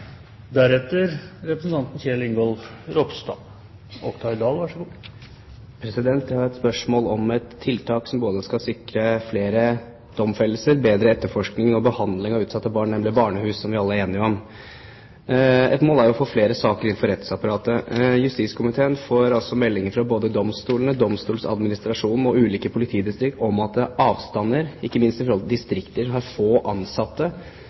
har et spørsmål om et tiltak som skal sikre både flere domfellelser, bedre etterforskning og behandling av utsatte barn, nemlig barnehus, som vi alle er enige om. Ett mål er å få flere saker inn for rettsapparatet. Justiskomiteen får meldinger fra både domstolene, domstolsadministrasjonen og ulike politidistrikter om at avstander – ikke minst i distrikter som har få ansatte